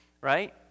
right